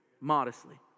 modestly